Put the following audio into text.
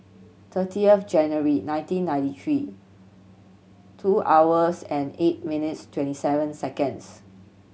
thirtieth January nineteen ninety three two hours and eight minutes twenty seven seconds